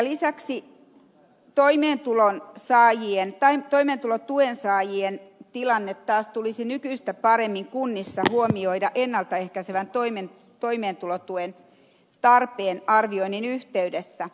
lisäksi toimeentulotuen saajien tilanne taas tulisi nykyistä paremmin kunnissa huomioida ennalta ehkäisevän toimeentulotuen tarpeen arvioinnin yhteydessä